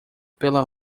pela